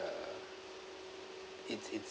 uh it's it's